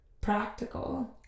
practical